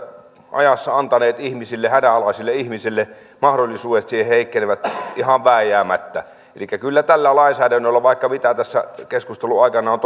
ajassa antaneet hädänalaisille ihmisille heikkenevät ihan vääjäämättä kyllä tällä lainsäädännöllä vaikka tässä keskustelun aikana on